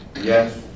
Yes